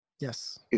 Yes